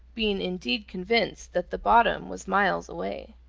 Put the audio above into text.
being indeed convinced that the bottom was miles away.